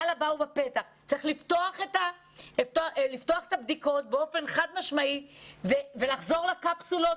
צריך לפתוח את הבדיקות באופן חד-משמעי ולחזור לקפסולות,